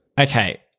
Okay